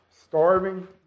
starving